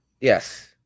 Yes